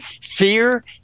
Fear